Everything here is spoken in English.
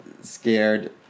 scared